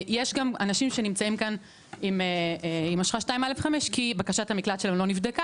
יש גם אנשים שנמצאים כאן עם אשרה 2(א)(5) כי בקשת המקלט שלהם לא נבדקה